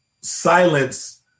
silence